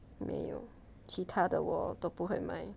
没有其他的我都不会买